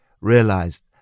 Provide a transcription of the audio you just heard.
realized